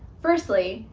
firstly,